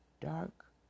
dark